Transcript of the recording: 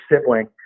sibling